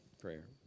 prayer